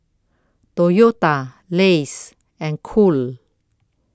Toyota Lays and Cool